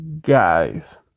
guys